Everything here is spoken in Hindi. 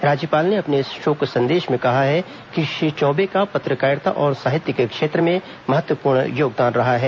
राज्यपाल ने अपने शोक संदेश में कहा है कि श्री चौबे का पत्रकारिता और साहित्य के क्षेत्र में महत्वपूर्ण योगदान रहा है